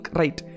right